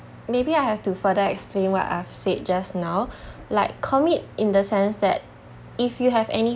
maybe I have to further explain what I've said just now like commit in the sense that if you have any